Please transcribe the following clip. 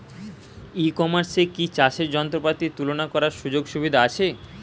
ই কমার্সে কি চাষের যন্ত্রপাতি তুলনা করার সুযোগ সুবিধা আছে?